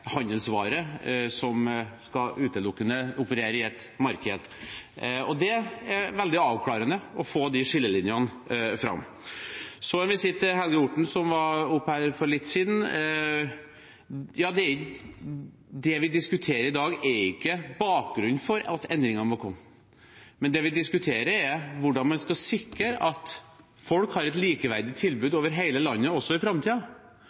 som utelukkende skal operere i et marked. Det er veldig avklarende å få fram disse skillelinjene. Så vil jeg si til Helge Orten, som hadde ordet for litt siden: Det er ikke bakgrunnen for at endringene må komme, vi diskuterer i dag. Det vi diskuterer, er hvordan man skal sikre at folk har et likeverdig tilbud over hele landet også i